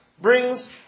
brings